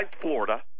Florida